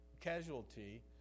casualty